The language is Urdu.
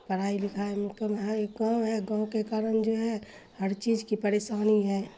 پڑھائی لکھائی میں کم ہے گاؤں ہے گاؤں کے کارن جو ہے ہر چیز کی پریشانی ہے